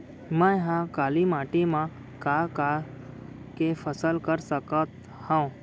मै ह काली माटी मा का का के फसल कर सकत हव?